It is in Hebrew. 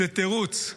זה תירוץ.